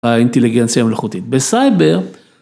‫האינטליגנציה המלאכותית. ‫בסייבר...